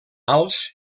alts